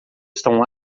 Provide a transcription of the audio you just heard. estão